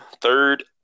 third